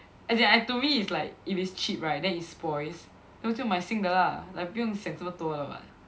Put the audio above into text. as in I to me is like if it's cheap right it spoils then 我就买新的 lah like 不用想这么多的 [what]